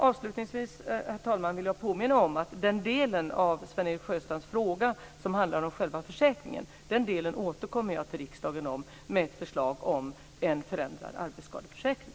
Avslutningsvis, herr talman, vill jag påminna om att när det gäller den del av Sven-Erik Sjöstrands fråga som handlar om själva försäkringen återkommer jag till riksdagen med ett förslag om en förändrad arbetsskadeförsäkring.